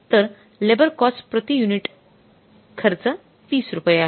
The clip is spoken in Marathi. तर लेबर कॉस्ट प्रति युनिट तो खर्च ३० रुपये आहे